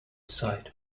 sight